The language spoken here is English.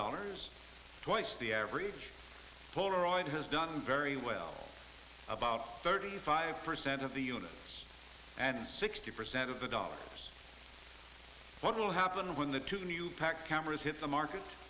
dollars twice the average polaroid has done very well about thirty five percent of the units and sixty percent of the dollars what will happen when the two new pack camera hits the market